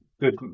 good